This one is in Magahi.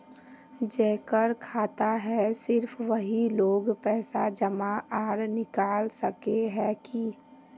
जेकर खाता है सिर्फ वही लोग पैसा जमा आर निकाल सके है की?